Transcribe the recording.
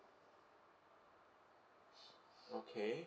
okay